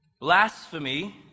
Blasphemy